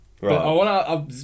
Right